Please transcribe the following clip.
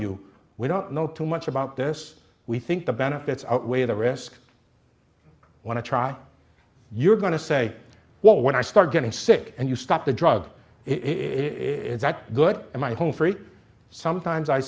you we don't know too much about this we think the benefits outweigh the risk when i try you're going to say what when i start getting sick and you stop the drug is that good and my home free sometimes i